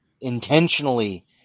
intentionally